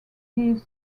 his